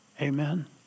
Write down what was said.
Amen